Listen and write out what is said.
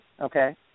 okay